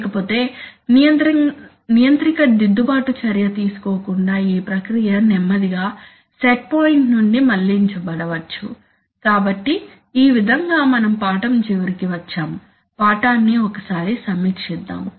లేకపోతే నియంత్రిక దిద్దుబాటు చర్య తీసుకోకుండా ఈ ప్రక్రియ నెమ్మదిగా సెట్ పాయింట్ నుండి మళ్ళించ బడవచ్చు కాబట్టి ఈ విధంగా మనం పాఠం చివరికి వచ్చాము పాఠాన్ని ఒకసారి సమీక్షిద్దాం